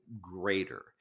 greater